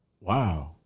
Wow